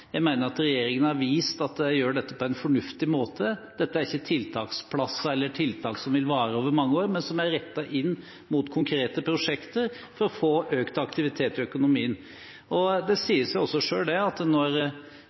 Jeg mener regjeringen har vist at de gjør dette på en fornuftig måte. Dette er ikke tiltaksplasser eller tiltak som vil vare over mange år, men som er rettet inn mot konkrete prosjekter for å få økt aktivitet i økonomien. Det sier seg også selv at når